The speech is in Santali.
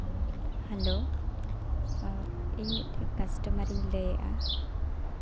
ᱦᱮᱞᱳ ᱤᱧ ᱢᱤᱫᱴᱮᱡ ᱠᱟᱥᱴᱚᱢᱟᱨ ᱤᱧ ᱞᱟᱹᱭᱮᱜᱼᱟ